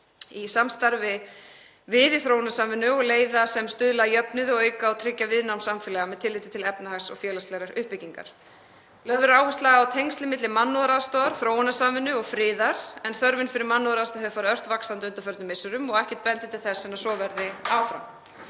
í samstarfi við í þróunarsamvinnu, og leitað leiða sem stuðla að jöfnuði og auka og tryggja viðnám samfélaga með tilliti til efnahags- og félagslegrar uppbyggingar. Lögð er áhersla á tengslin milli mannúðaraðstoðar, þróunarsamvinnu og friðar en þörfin fyrir mannúðaraðstoð hefur farið ört vaxandi á undanförnum misserum og ekkert bendir til annars en að svo verði áfram.